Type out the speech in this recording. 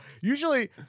Usually